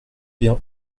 bien